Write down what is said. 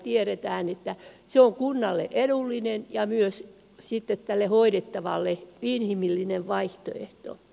tiedetään että se on kunnalle edullinen ja myös hoidettavalle inhimillinen vaihtoehto